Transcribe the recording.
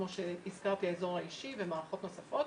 כמו שהזכרתי את האזור האישי ומערכות נוספות,